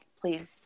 please